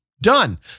done